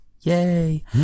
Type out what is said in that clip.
yay